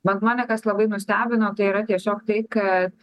bent mane kas labai nustebino tai yra tiesiog tai kad